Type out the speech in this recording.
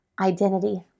identity